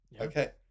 Okay